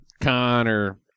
Connor